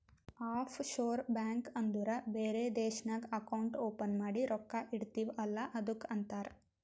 of sure bank ಅಂದುರ್ ಬೇರೆ ದೇಶ್ನಾಗ್ ಅಕೌಂಟ್ ಓಪನ್ ಮಾಡಿ ರೊಕ್ಕಾ ಇಡ್ತಿವ್ ಅಲ್ಲ ಅದ್ದುಕ್ ಅಂತಾರ್